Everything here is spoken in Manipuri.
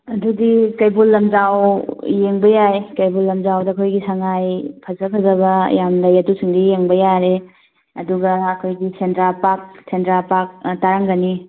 ꯑꯗꯨꯗꯤ ꯀꯩꯕꯨꯜ ꯂꯝꯖꯥꯎ ꯌꯦꯡꯕ ꯌꯥꯏ ꯀꯩꯕꯨꯜ ꯂꯝꯖꯥꯎꯗ ꯑꯩꯈꯣꯏꯒꯤ ꯁꯉꯥꯏ ꯐꯖ ꯐꯖꯕ ꯌꯥꯝꯅ ꯂꯩ ꯑꯗꯨꯁꯤꯡꯗꯨ ꯌꯦꯡꯕ ꯌꯥꯔꯦ ꯑꯗꯨꯒ ꯑꯩꯈꯣꯏꯒꯤ ꯁꯦꯟꯗ꯭ꯔꯥ ꯄꯥꯔꯛ ꯁꯦꯟꯗ꯭ꯔꯥ ꯄꯥꯔꯛ ꯇꯥꯔꯝꯒꯅꯤ